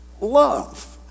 Love